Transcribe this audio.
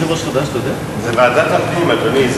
זה לא מתאים.